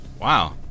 Wow